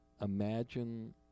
Imagine